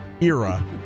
era